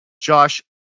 Josh